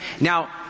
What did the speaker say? Now